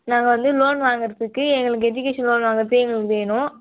நாங்கள் வந்து லோன் வாங்குறத்துக்கு எங்களுக்கு எஜுக்கேஷன் லோன் வாங்குறத்துக்கு எங்களுக்கு வேணும்